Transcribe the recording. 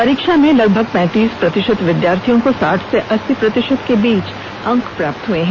परीक्षा में लगभग पैंतीस प्रतिशत विद्यार्थियों को साठ से अस्सी प्रतिशत के बीच अंक प्राप्त हुए हैं